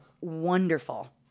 wonderful